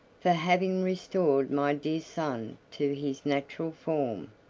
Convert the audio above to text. for having restored my dear son to his natural form?